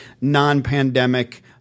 non-pandemic